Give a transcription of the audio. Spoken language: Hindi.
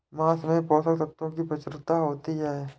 माँस में पोषक तत्त्वों की प्रचूरता होती है